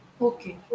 Okay